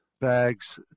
bags